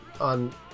on